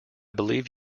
believe